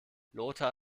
lothar